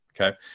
Okay